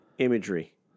Imagery